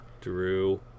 Drew